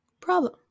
problem